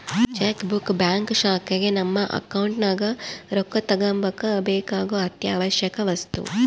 check book bank ಶಾಖೆಗ ನಮ್ಮ account ನಗ ರೊಕ್ಕ ತಗಂಬಕ ಬೇಕಾಗೊ ಅತ್ಯಾವಶ್ಯವಕ ವಸ್ತು